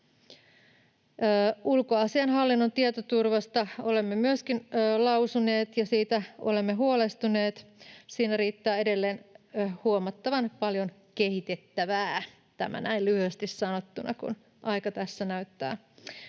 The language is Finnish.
ulkoasiainhallinnon tietoturvasta olemme lausuneet, ja siitä olemme huolestuneet. Siinä riittää edelleen huomattavan paljon kehitettävää. Tämä näin lyhyesti sanottuna, kun aika tässä näyttää